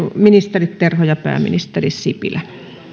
ministeri terho ja pääministeri sipilä